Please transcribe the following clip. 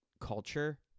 culture